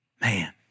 Man